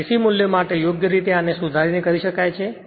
અને AC મૂલ્યો માટે યોગ્ય રીતે આને સુધારી કરીને કરી શકાય છે